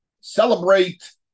celebrate